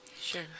Sure